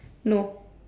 no